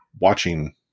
watching